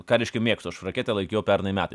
ką reiškia mėgstu aš raketę laikiau pernai metais